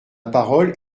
parole